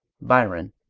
byron,